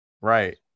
right